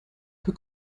peu